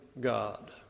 God